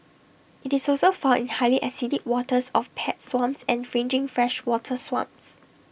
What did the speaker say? IT is also found in highly acidic waters of peat swamps and fringing freshwater swamps